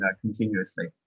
continuously